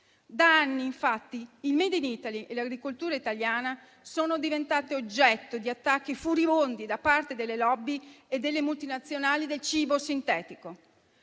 Da anni, infatti, il *made in Italy* e l'agricoltura italiana sono diventate oggetto di attacchi furibondi da parte delle *lobby* e delle multinazionali del cibo sintetico;